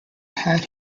had